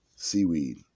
seaweed